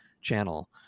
channel